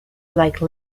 like